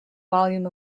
volume